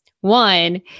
One